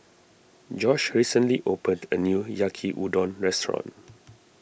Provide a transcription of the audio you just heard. Josh recently opened a new Yaki Udon restaurant